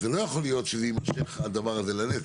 לא יכול להיות שהדבר הזה יימשך לנצח.